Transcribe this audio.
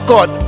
God